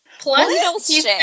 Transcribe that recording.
Plus